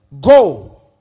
go